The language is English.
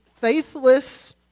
faithless